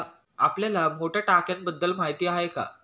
आपल्याला मोठ्या टाक्यांबद्दल माहिती आहे का?